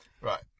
right